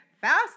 Fast